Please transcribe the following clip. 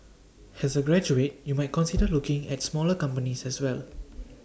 as A graduate you might consider looking at smaller companies as well